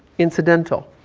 incidental.